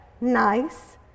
nice